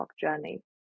journey